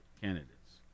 candidates